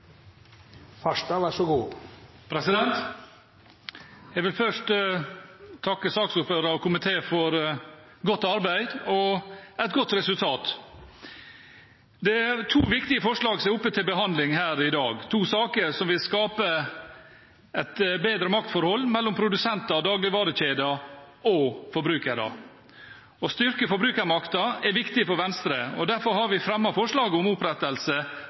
Jeg vil først takke saksordføreren og komiteen for godt arbeid og et godt resultat. Det er to viktige forslag som er oppe til behandling her i dag, to saker som vil skape et bedre maktforhold mellom produsenter, dagligvarekjeder og forbrukere. Å styrke forbrukermakten er viktig for Venstre, og derfor har vi fremmet forslaget om opprettelse